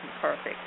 perfect